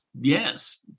Yes